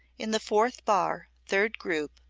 in the fourth bar, third group,